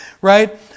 right